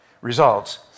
results